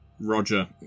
Roger